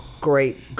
great